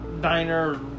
diner